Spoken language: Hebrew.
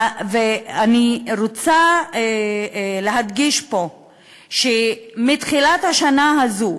ואני רוצה להדגיש פה שמתחילת השנה הזו,